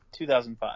2005